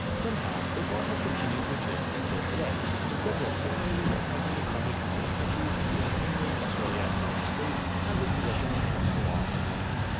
somehow those laws have continued to exist until today in several formerly or presently crumpet consuming countries, including england, australia, and the united states, adverse possession remains the law of the land.